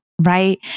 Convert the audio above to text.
right